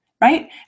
right